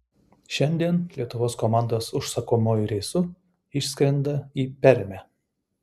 šiandien lietuvos komandos užsakomuoju reisu išskrenda į permę